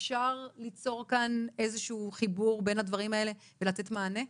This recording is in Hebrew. אפשר ליצור כאן איזה שהוא חיבור בין הדברים האלה ולתת מענה?